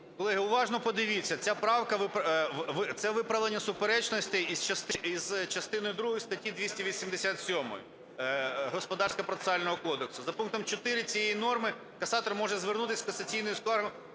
Колеги, уважно подивіться, ця правка - це виправлення суперечностей із частини другої статті 287 Господарського процесуального кодексу. За пунктом 4 цієї норми касатор може звернутися з касаційною скаргою